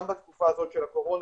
גם בתקופה הזאת של הקורונה,